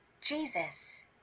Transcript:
Jesus